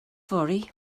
fory